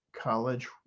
college